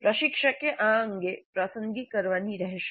પ્રશિક્ષકે આ અંગે પસંદગી કરવાની રહેશે